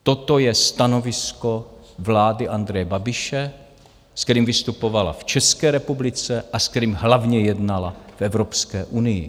Toto je stanovisko vlády Andreje Babiše, s kterým vystupovala v České republice a s kterým hlavně jednala v Evropské unii.